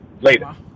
Later